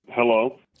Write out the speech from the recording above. Hello